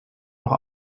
noch